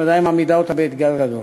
זה ודאי מעמיד אותה באתגר גדול.